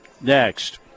next